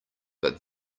but